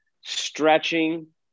stretching